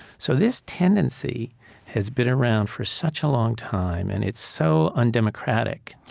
so this tendency has been around for such a long time, and it's so undemocratic